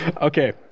Okay